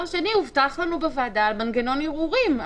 הובטח לנו בוועדה מנגנון ערעורים.